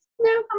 No